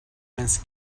miss